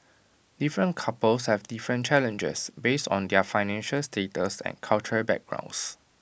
different couples have different challenges based on their financial status and cultural backgrounds